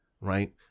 Right